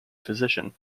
physician